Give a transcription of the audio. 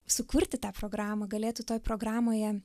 sukurti tą programą galėtų toj programoje